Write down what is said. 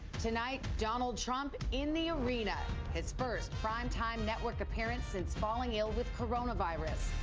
tonight, donald trump in the arena. his first prime time network appearance since falling ill with coronavirus.